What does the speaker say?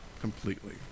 completely